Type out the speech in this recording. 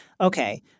Okay